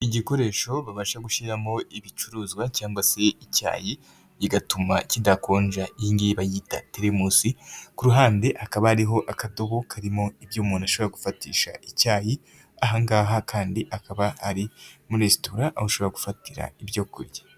Igikoresho babasha gushyiramo ibicuruzwa cyangwa se icyayi, kigatuma kidakonja, iyingiyi bayita terimusi. Ku ruhande hakaba hari akadobo karimo ibyo umuntu ashobora gufatisha icyayi, ahangaha kandi akaba ari muri resitora aho ushobora gufatira ibyo kurya.